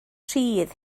rhydd